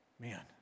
man